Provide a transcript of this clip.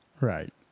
Right